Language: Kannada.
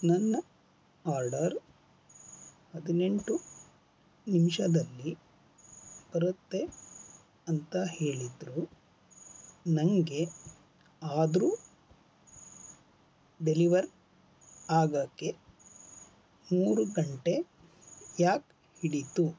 ನನ್ನ ಆರ್ಡರ್ ಹದಿನೆಂಟು ನಿಮಿಷದಲ್ಲಿ ಬರುತ್ತೆ ಅಂತ ಹೇಳಿದರು ನನಗೆ ಆದರು ಡೆಲಿವರ್ ಆಗೋಕೆ ಮೂರು ಗಂಟೆ ಯಾಕೆ ಹಿಡಿತು